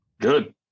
Good